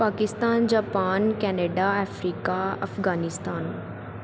Pakistan Japan Canada Africa Afghanistan